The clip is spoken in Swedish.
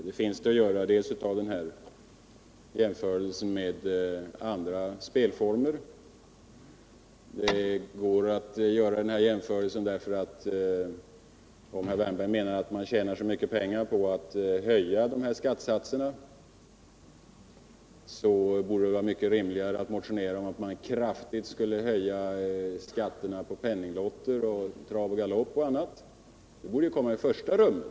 Det finns skäl att göra jämförelser med andra spelformer. Om herr Wärnberg menar att man tjänar så mycket pengar på att höja skattesatserna på tips borde det vara mycket rimligare att motionera om en kraftig höjning av skatten på penninglotter och på travoch galoppspel. Det borde komma i första rummet.